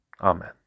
Amen